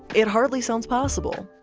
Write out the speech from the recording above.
it hardly sounds possible.